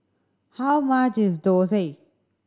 how much is dosa